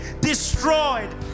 destroyed